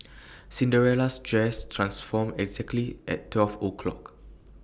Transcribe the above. Cinderella's dress transformed exactly at twelve o'clock